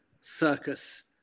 circus